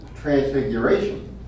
transfiguration